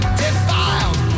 defiled